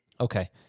Okay